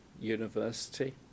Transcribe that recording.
university